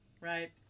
right